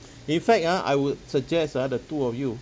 in fact ah I would suggest ah the two of you